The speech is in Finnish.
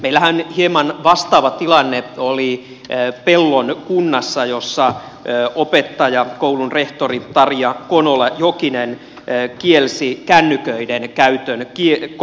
meillähän hieman vastaava tilanne oli pellon kunnassa jossa opettaja koulun rehtori tarja konola jokinen kielsi kännyköiden käytön koulussa